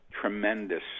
tremendous